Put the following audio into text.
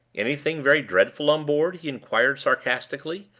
anything very dreadful on board? he inquired sarcastically,